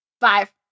Five